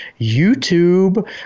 YouTube